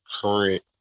current